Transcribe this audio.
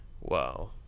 Wow